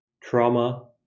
trauma